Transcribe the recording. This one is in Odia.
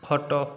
ଖଟ